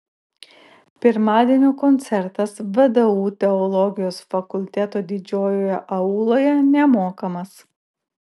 pirmadienio koncertas vdu teologijos fakulteto didžiojoje auloje nemokamas